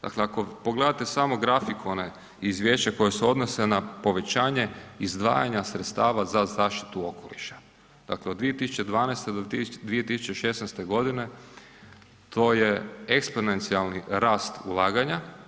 Dakle, ako pogledate samo grafikone iz izvješća koje se odnose na povećanje izdvajanja sredstva za zaštitu okoliša, dakle od 2012. do 2016. to je eksponencijalni rast ulaganja.